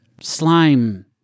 Slime